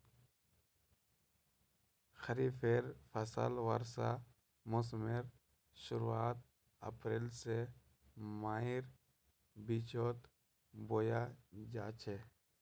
खरिफेर फसल वर्षा मोसमेर शुरुआत अप्रैल से मईर बिचोत बोया जाछे